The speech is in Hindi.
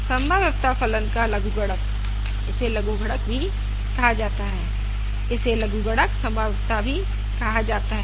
संभाव्यता फलन का लघुगणक इसे लघुगणक भी कहा जाता है इसे लघुगणक संभाव्यता भी कहा जाता है